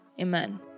amen